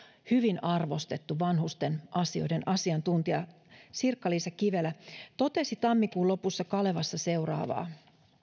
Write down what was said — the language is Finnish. hyvin arvostettu vanhusten asioiden asiantuntija sirkka liisa kivelä totesi tammikuun lopussa kalevassa seuraavaa